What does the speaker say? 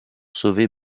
sauver